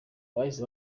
bahise